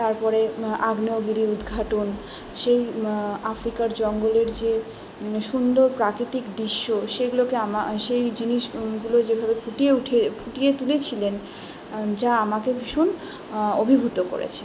তারপরে আগ্নেয়গিরির উদঘাটন সেই আফ্রিকার জঙ্গলের যে সুন্দর প্রাকৃতিক দৃশ্য সেগুলোকে আমা সেই জিনিসগুলো যেভাবে ফুটিয়ে উঠে ফুটিয়ে তুলেছিলেন যা আমাকে ভীষণ অভিভূত করেছে